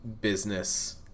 business